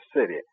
city